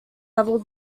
level